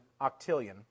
octillion